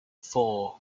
four